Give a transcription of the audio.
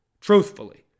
Truthfully